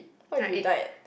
what if you died